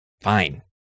Fine